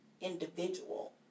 individual